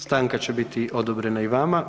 Stanka će biti odobrena i vama.